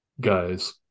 guys